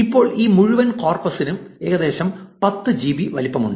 ഇപ്പോൾ ഈ മുഴുവൻ കോർപ്പസിനും ഏകദേശം 10 ജിബി വലുപ്പമുണ്ട്